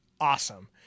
awesome